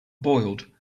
boiled